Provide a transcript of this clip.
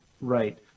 Right